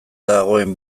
dagoen